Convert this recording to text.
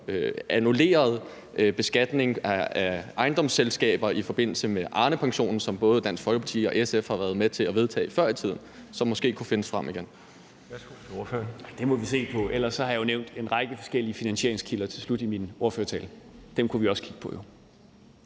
annullerede beskatninger af ejendomsselskaber i forbindelse med Arnepensionen, som både Dansk Folkeparti og SF har været med til at vedtage før i tiden, som måske kunne findes frem igen.